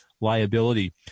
liability